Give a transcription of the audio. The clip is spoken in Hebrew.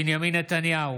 בנימין נתניהו,